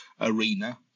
arena